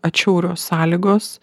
atšiaurios sąlygos